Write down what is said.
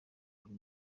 uri